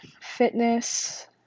fitness